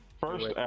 first